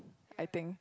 I think